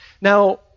Now